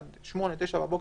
עד 09:00-08:00 בבוקר,